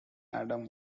adam